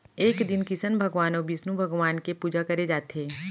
ए दिन किसन भगवान अउ बिस्नु भगवान के पूजा करे जाथे